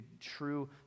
true